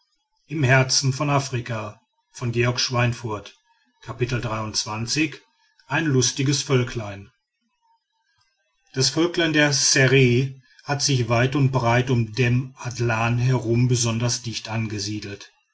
ein lustiges völklein das völklein der ssere hat sich weit und breit um dem adlan herum besonders dicht angesiedelt